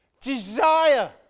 desire